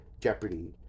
jeopardy